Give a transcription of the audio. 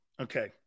Okay